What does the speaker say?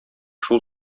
шул